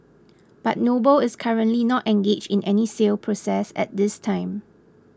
but Noble is currently not engaged in any sale process at this time